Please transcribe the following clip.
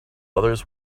others